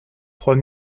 trois